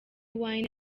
wine